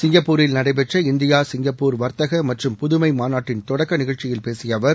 சிங்கப்பூரில் நடைபெற்ற India Singapore வர்த்தக மற்றும் புதுமை மாநாட்டின் தொடக்க நிகழ்ச்சியில் பேசிய அவர்